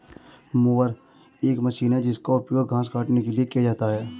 mower एक machine है जिसका उपयोग घास काटने के लिए किया जाता है